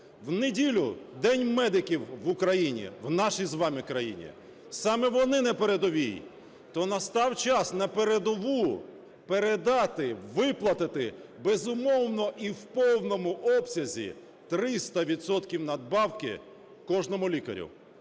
У неділю День медиків в Україні, в нашій з вами країні. Саме вони на передовій. То настав час на передову передати, виплатити безумовно і в повному обсязі 300 відсотків надбавки кожному лікарю,